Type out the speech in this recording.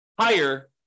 higher